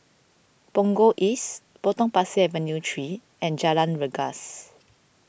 Punggol East Potong Pasir Avenue three and Jalan Rengas